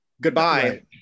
Goodbye